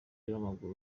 w’umupira